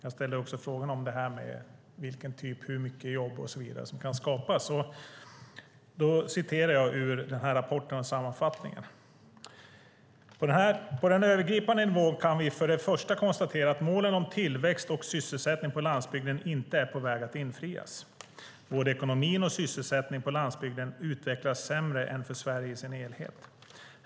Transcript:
Jag ställde också frågan om vilken typ av och hur mycket jobb som kan skapas, och jag citerar ur rapportens sammanfattning: "På den övergripande nivån kan vi för det första konstatera att målen om tillväxt och sysselsättning på landsbygden inte är på väg att infrias. Både ekonomin och sysselsättningen på landsbygden utvecklas sämre än för Sverige i sin helhet.